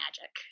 magic